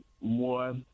more